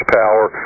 power